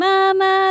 Mama